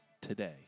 today